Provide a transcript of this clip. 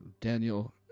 Daniel